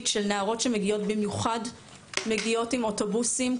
של נערות שמגיעות במיוחד עם אוטובוסים.